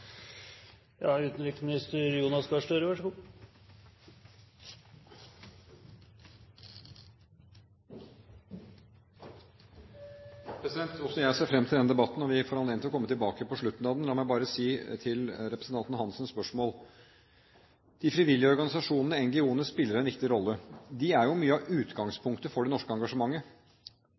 Også jeg ser fram til denne debatten. Vi får anledning til å komme tilbake på slutten av den. La meg bare si, til representanten Hansens spørsmål: De frivillige organisasjonene, NGO-ene, spiller en viktig rolle. De er jo mye av utgangspunktet for det norske engasjementet.